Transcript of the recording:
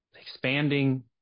expanding